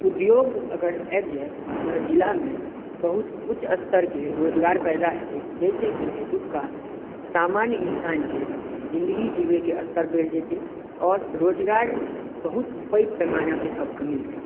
उद्योग अगर आबि जाइ तऽ जिलामे बहुत उच्च स्तरके रोजगार पैदा हेतै जाहिसॅंकी एतुक्का सामान्य इन्सानके जिंदगी जीबैक स्तर बढ़ि जेतै आओर रोजगार बहुत पैघ पैमाना पे सभके मिलतै